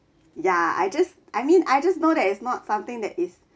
ya I just I mean I just know that it's not something that is